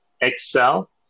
Excel